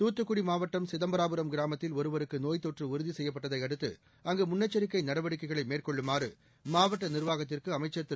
தூத்துக்குடி மாவட்டம் சிதம்பராபுரம் கிராமத்தில் ஒருவருக்கு நோய்த் தொற்று உறுதி செய்யப்பட்டதை அடுத்து அங்கு முன்னெச்சரிக்கை நடவடிக்கைகளை மேற்கொள்ளுமாறு மாவட்ட நிர்வாகத்திற்கு அமைச்சர் திரு